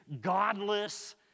godless